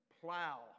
plow